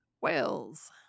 whales